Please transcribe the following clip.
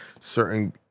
certain